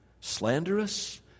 Slanderous